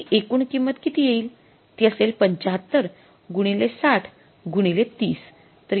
ती एकूण किंमत किती येईल ती असेल ७५ गुणिले ६० गुणिले ३०